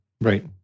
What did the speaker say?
Right